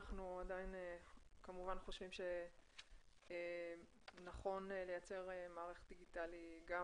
אנחנו עדיין כמובן חושבים שנכון לייצר מערכת דיגיטלית גם